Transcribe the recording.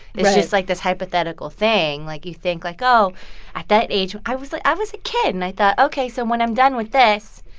is just, like, this hypothetical thing. like, you think, like, oh at that age, i was like i was a kid. and i thought, ok, so when i'm done with this,